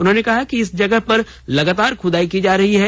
उन्होंने कहा कि इस जगह पर लगातार खुदाई की जा रही है